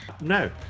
no